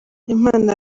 impano